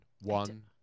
One